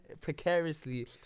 precariously